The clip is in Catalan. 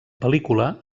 pel·lícula